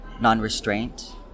non-restraint